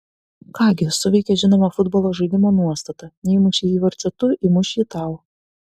ką gi suveikė žinoma futbolo žaidimo nuostata neįmušei įvarčio tu įmuš jį tau